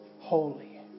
Holy